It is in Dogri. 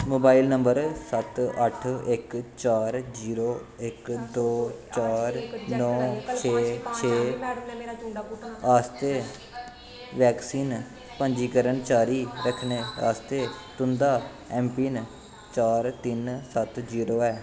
मोबाइल नंबर सत्त अट्ठ इक चार जीरो इक दो चार नौ छे छे आस्तै वैक्सीन पंजीकरण जारी रक्खने आस्तै तुं'दा ऐम्म पिन चार तिन्न सत्त जीरो ऐ